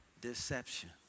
Deception